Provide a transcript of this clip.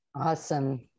Awesome